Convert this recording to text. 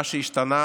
מה שהשתנה